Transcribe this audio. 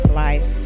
life